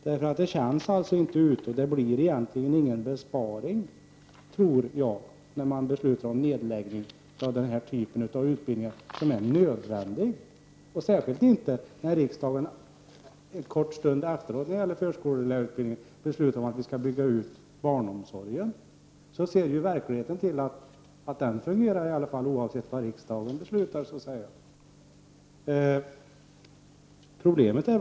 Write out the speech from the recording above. Jag tror inte att det blir någon egentlig besparing när man beslutar om nedläggning av denna typ av nödvändiga utbildningar, särskilt inte beträffande förskollärarutbildningen, när riksdagen en tid efteråt beslutar om att barnomsorgen skall byggas ut. Då blir utfallet som det blir, oavsett vad riksdagen fattar beslut om.